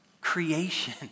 creation